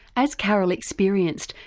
as carol experienced,